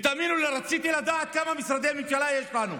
ותאמינו לי, רציתי לדעת כמה משרדי ממשלה יש לנו.